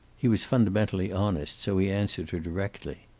he was fundamentally honest, so he answered her directly.